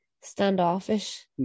standoffish